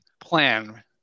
plan